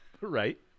Right